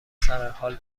سرحال